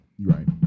right